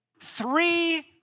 three